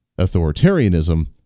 authoritarianism